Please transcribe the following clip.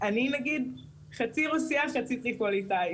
חצי רוסיה חצי טריפוליטאית,